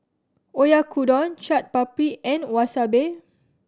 Oyakodon Chaat Papri and Wasabi